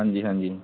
ਹਾਂਜੀ ਹਾਂਜੀ